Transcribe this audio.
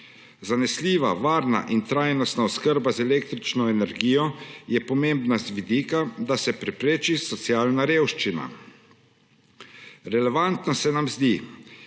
Zanesljiva, varna in trajnostna oskrba z električno energijo je pomembna z vidika, da se prepreči socialna revščina. Relevantno se nam zdi,